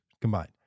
combined